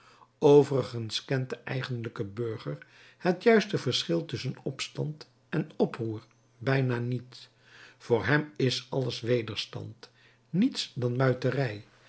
overigens kent de eigenlijke burger het juiste verschil tusschen opstand en oproer bijna niet voor hem is alles wederstand niets dan